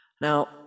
Now